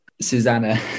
Susanna